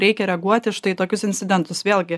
reikia reaguoti štai tokius incidentus vėlgi